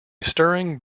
stirring